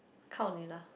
count on you lah